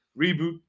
Reboot